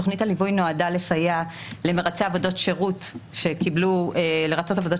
תוכנית הליווי נועדה לסייע למרצי עבודות שירות שקיבלו לרצות עבודת